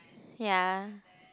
ya